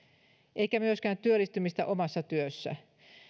eikä myöskään työllistymistä omassa työssä